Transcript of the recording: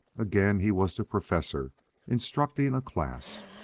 again he was the professor instructing a class.